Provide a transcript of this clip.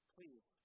Please